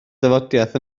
dafodiaith